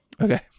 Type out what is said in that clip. Okay